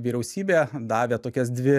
vyriausybė davė tokias dvi